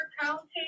County